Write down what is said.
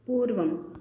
पूर्वम्